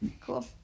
Cool